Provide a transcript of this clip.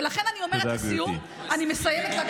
ולכן אני אומרת לסיום, אני מסיימת.